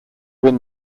win